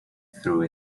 through